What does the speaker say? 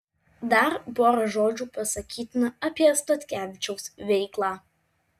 dar pora žodžių pasakytina apie statkevičiaus veiklą